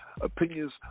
opinions